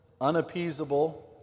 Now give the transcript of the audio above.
unappeasable